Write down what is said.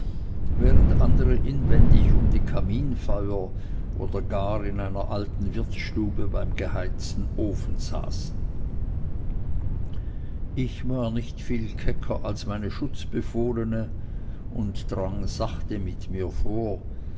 während andere inwendig um die kaminfeuer oder gar in einer alten wirtsstube beim geheizten ofen saßen ich war nicht viel kecker als meine schutzbefohlene und drang sachte mit ihr vor